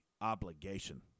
obligation